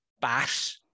bass